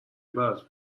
برات